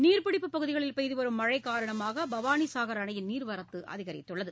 நீர்பிடிப்புப் பகுதிகளில் பெய்து வரும் மழை காரணமாக பவானி சாகர் அணையின் நீர்வரத்து அதிகரித்துள்ளது